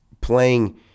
playing